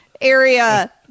area